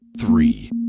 three